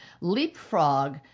leapfrog